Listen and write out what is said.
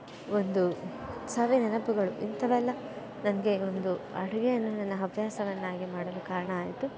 ಒಂದು ಸವಿ ನೆನಪುಗಳು ಇಂಥವೆಲ್ಲ ನನಗೆ ಒಂದು ಅಡುಗೆಯನ್ನು ನನ್ನ ಹವ್ಯಾಸವನ್ನಾಗಿ ಮಾಡಲು ಕಾರಣ ಆಯಿತು